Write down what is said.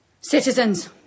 Citizens